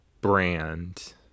brand